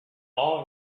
all